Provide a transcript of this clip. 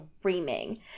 screaming